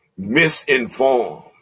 misinformed